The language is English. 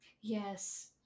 Yes